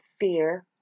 fear